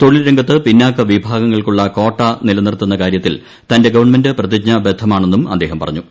തൊഴിൽരംഗത്ത് പിന്നാക്ക വിഭാഗങ്ങൾക്കൂള്ള കാട്ട നിലനിർത്തുന്ന കാര്യത്തിൽ തന്റെ ഗവൺമെന്റ് പ്രതിജ്ഞാബദ്ധമാണെന്നും അദ്ദേഹം പറഞ്ഞു